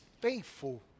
faithful